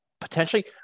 potentially